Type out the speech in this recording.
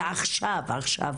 ועכשיו עכשיו